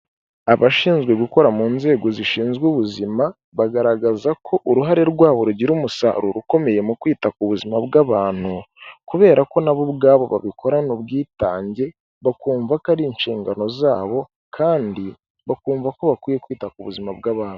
Abashinzwe gukora mu nzego zishinzwe ubuzima bagaragaza ko uruhare rwabo rugira umusaruro ukomeye mu kwita ku buzima bw'abantu, kubera ko nabo ubwabo babikorana ubwitange bakumva ko ari inshingano zabo kandi bakumva ko bakwiye kwita ku buzima bw'abantu.